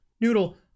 Noodle